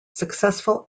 successful